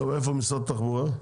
איפה משרד התחבורה?